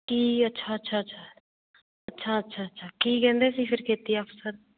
ਕੀ ਅੱਛਾ ਅੱਛਾ ਅੱਛਾ ਅੱਛਾ ਅੱਛਾ ਅੱਛਾ ਕੀ ਕਹਿੰਦੇ ਸੀ ਫਿਰ ਖੇਤੀ ਅਫ਼ਸਰ